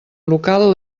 local